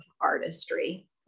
artistry